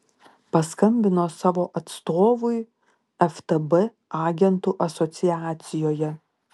paskambino savo atstovui ftb agentų asociacijoje